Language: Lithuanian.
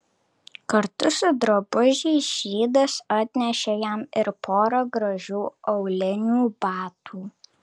kartu su drabužiais žydas atnešė jam ir porą gražių aulinių batų